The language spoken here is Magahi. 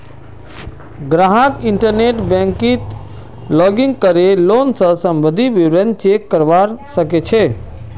ग्राहक इंटरनेट बैंकिंगत लॉगिन करे लोन स सम्बंधित विवरण चेक करवा सके छै